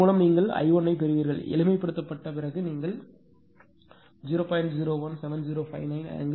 இதன் மூலம் நீங்கள் I1 ஐப் பெறுவீர்கள் எளிமைப்படுத்தப்பட்ட பிறகு நீங்கள் 0